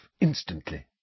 instantly